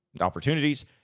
opportunities